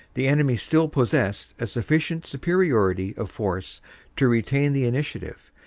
the enemy still possessed a sufficient superiority of force to retain the initiative,